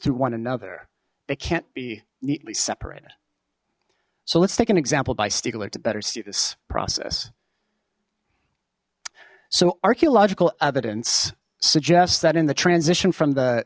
through one another they can't be neatly separated so let's take an example by stiegler to better see this process so archaeological evidence suggests that in the transition from the